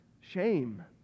shame